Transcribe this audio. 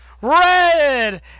Red